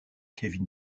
kevin